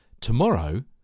Tomorrow